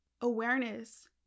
Awareness